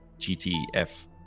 GTF